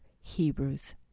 Hebrews